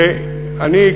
ואני,